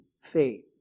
faith